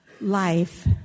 Life